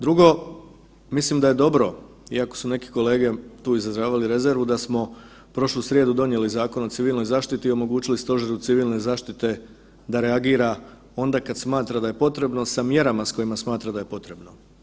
Drugo, mislim da je dobro, iako su neke kolege tu izražavali rezervu da smo prošlu srijedu donijeli Zakon o civilnoj zaštiti i omogućili Stožeru civilne zaštite da reagira onda kada smatra da je potrebno sa mjerama s kojima smatra da je potrebno.